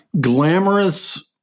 glamorous